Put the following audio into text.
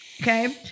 Okay